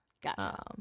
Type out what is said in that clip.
gotcha